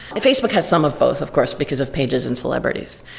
facebook has some of both of course, because of pages and celebrities.